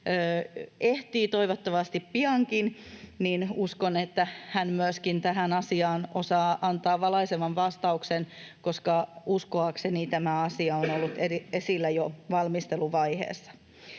ehtii, toivottavasti piankin, niin uskon, että hän myöskin tähän asiaan osaa antaa valaisevan vastauksen, koska uskoakseni tämä asia on ollut esillä jo valmisteluvaiheessa.